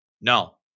no